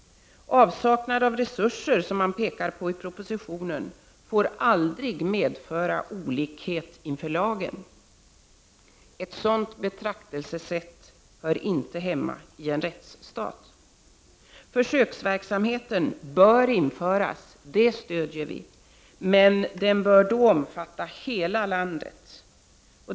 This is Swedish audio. Avsaknad av resurser — som man pekar på i propositionen — får aldrig medföra olikhet inför lagen. Vi menar att ett sådant betraktelsesätt inte hör hemma i en rättsstat. Försöksverksamheten bör införas, det stödjer vi, men den bör omfatta hela landet.